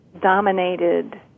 dominated